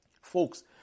Folks